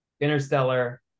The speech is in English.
Interstellar